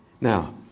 Now